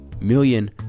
million